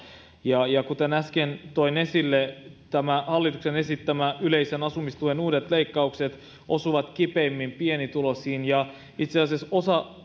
ja ja kuten äsken toin esille nämä hallituksen esittämät yleisen asumistuen uudet leikkaukset osuvat kipeimmin pienituloisiin ja itse asiassa osa